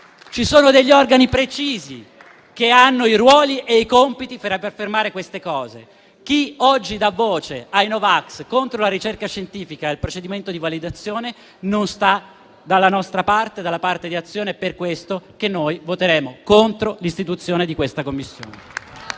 Ci sono degli organi precisi che hanno i ruoli e i compiti per affermare queste cose. Chi oggi dà voce ai no vax contro la ricerca scientifica e il procedimento di validazione non sta dalla nostra parte, dalla parte di Azione. Per questo noi voteremo contro l'istituzione di questa Commissione.